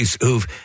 who've